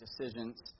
decisions